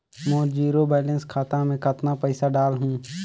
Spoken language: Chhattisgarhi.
मोर जीरो बैलेंस खाता मे कतना पइसा डाल हूं?